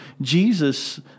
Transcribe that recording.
Jesus